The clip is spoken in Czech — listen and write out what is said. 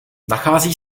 nachází